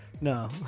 No